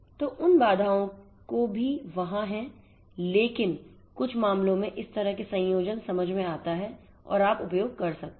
तो उन बाधाओं को भी वहाँ हैं लेकिन कुछ मामलों में इस तरह के संयोजन समझ में आता है और आप उपयोग कर सकते हैं